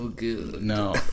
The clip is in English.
No